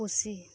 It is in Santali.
ᱯᱩᱥᱤ